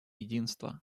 единства